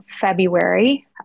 February